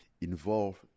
involved